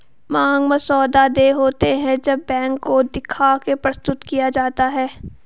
मांग मसौदा देय होते हैं जब बैंक को दिखा के प्रस्तुत किया जाता है